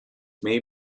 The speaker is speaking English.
may